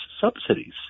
subsidies